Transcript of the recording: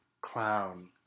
clown